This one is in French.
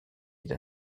d’un